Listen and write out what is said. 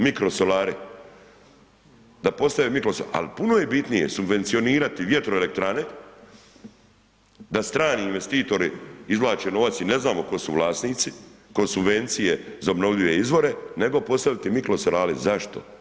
Mikrosolari, da postanu mirkosolari ali puno je bitnije subvencionirati vjetroelektrane da strani investitori izvlače novac i ne znamo tko su vlasnici, koje su subvencije za obnovljive izvore nego postaviti mikrosolare, zašto?